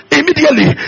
immediately